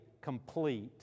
complete